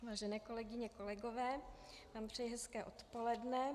Vážené kolegyně, kolegové, přeji vám hezké odpoledne.